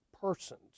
persons